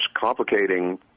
complicating